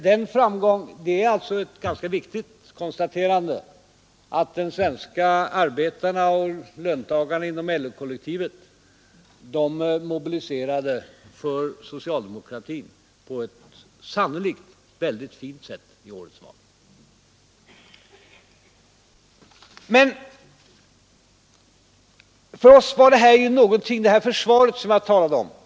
Det är ett ganska viktigt konstaterande att de svenska arbetarna och löntagarna inom LO-kollektivet mobiliserades för socialdemokratin på ett sannolikt mycket fint sätt i årets val. För socialdemokratin blev valrörelsen en stor avvärjningsstrid. Vi försvarade oss mot ett våldsamt anlopp från de borgerliga partierna och från mäktiga ekonomiska intressen. Vi försvarade vår politik på de områden där den angreps.